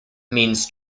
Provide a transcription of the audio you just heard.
means